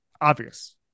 obvious